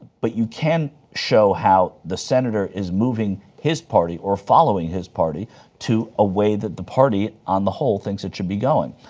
but you can show how the senator is moving his party, or following his party to a way that the party on the whole thinks it should be going.